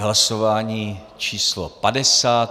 Hlasování číslo 50.